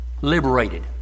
liberated